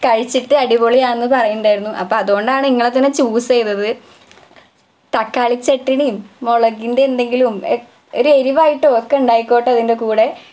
കഴിച്ചിട്ട് അടിപൊളിയാണെന്ന് പറയുന്നുണ്ടായിരുന്നു അപ്പോള് അതുകൊണ്ടാണ് നിങ്ങളെ തന്നെ ചൂസെയ്തത് തക്കാളി ചട്ടിണിയും മുളകിൻ്റെ എന്തെങ്കിലും ഒരു എരിവായിട്ട് ഒക്കെ ഉണ്ടായിക്കോട്ടെ അതിൻ്റെ കൂടെ